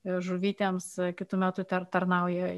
ir žuvytėms kitu metu ten tarnauja